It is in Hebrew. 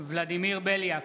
ולדימיר בליאק,